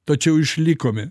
tačiau išlikome